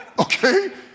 okay